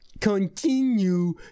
continue